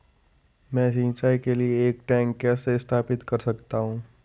मैं सिंचाई के लिए एक टैंक कैसे स्थापित कर सकता हूँ?